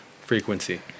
frequency